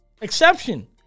Exception